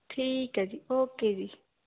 ਠੀਕ ਹੈ ਜੀ ਓਕੇ ਜੀ